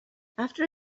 after